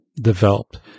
developed